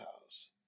house